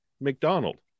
McDonald